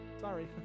sorry